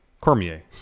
Cormier